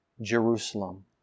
Jerusalem